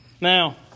Now